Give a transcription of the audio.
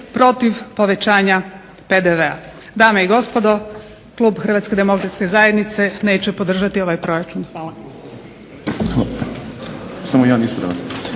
protiv povećanja PDV-a." Dame i gospodo, klub Hrvatske demokratske zajednice neće podržati ovaj proračun. Hvala. **Šprem, Boris